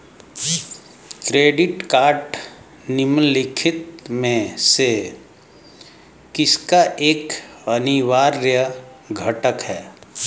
Credit card निम्नलिखित में से किसका एक अनिवार्य घटक है?